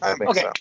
okay